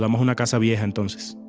um una casa vieja, entonces.